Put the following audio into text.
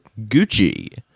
Gucci